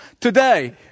Today